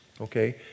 okay